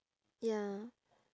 ya